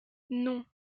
non